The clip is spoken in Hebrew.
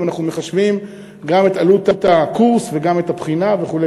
אם אנחנו מחשבים גם את עלות הקורס וגם את הבחינה וכו'